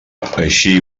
així